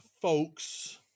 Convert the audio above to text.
folks